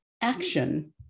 action